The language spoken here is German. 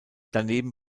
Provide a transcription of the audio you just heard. daneben